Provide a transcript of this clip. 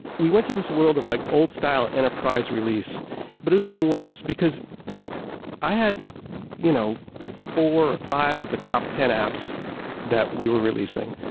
we went to this world of like old style enterprise release it but was even worse because i had you know four or five of the top ten apps that we were releasing.